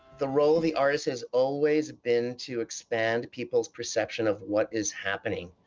the role of the artist has always been to expand people's perception of what is happening.